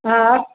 हा